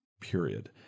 period